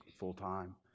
full-time